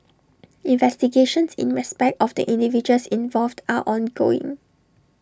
investigations in respect of the individuals involved are ongoing